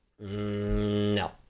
No